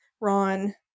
Ron